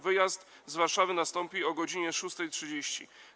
Wyjazd z Warszawy nastąpi o godz. 6.30.